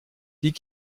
die